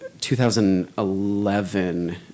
2011